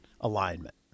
alignment